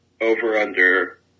over-under